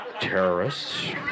terrorists